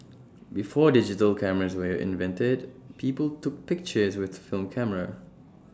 before digital cameras were invented people took pictures with film camera